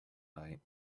night